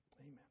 amen